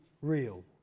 real